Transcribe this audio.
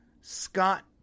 Scott